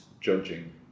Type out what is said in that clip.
judging